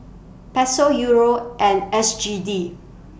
Peso Euro and S G D